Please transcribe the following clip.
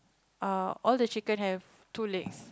err all the chicken have two legs